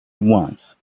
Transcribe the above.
once